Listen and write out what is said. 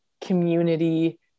community